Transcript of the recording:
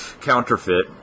counterfeit